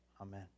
Amen